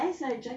ya